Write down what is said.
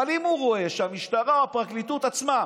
אבל אם הוא רואה שהמשטרה, הפרקליטות עצמה,